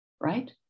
right